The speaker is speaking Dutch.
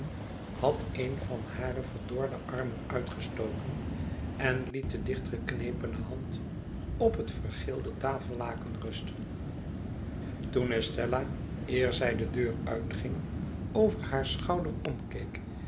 had een van hare verdorde armen uitgestoken en liet de dichtgeknepene hand op het vergeelde tafellaken rusten toen estella eer zij de deur uitging over haar schouder omkeek